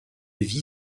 vie